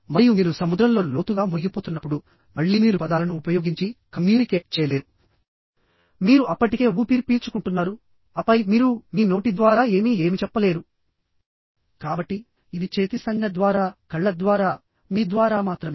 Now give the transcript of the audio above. మరియు మీరు సముద్రంలో లోతుగా మునిగిపోతున్నప్పుడుమళ్ళీ మీరు పదాలను ఉపయోగించి కమ్యూనికేట్ చేయలేరు మీరు అప్పటికే ఊపిరి పీల్చుకుంటున్నారు ఆపై మీరు మీ నోటి ద్వారా ఏమీ ఏమిచెప్పలేరు కాబట్టి ఇది చేతి సంజ్ఞ ద్వారా కళ్ళ ద్వారా మీ ద్వారా మాత్రమే